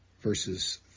Verses